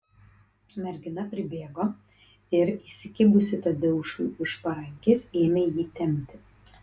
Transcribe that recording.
mergina pribėgo ir įsikibusi tadeušui už parankės ėmė jį tempti